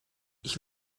ich